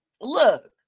look